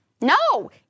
No